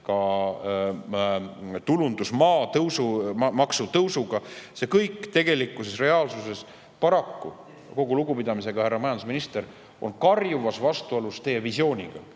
maatulundusmaa maksu tõusuga – see kõik tegelikkuses, reaalsuses paraku, kogu lugupidamise juures, härra majandusminister, on karjuvas vastuolus teie visiooniga,